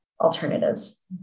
alternatives